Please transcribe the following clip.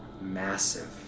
massive